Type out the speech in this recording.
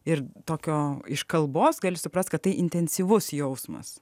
ir tokio iš kalbos gali suprasti kad tai intensyvus jausmas